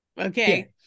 Okay